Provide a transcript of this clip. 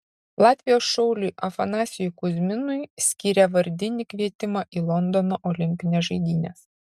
latvijos šauliui afanasijui kuzminui skyrė vardinį kvietimą į londono olimpines žaidynes